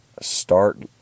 start